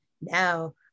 now